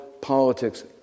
politics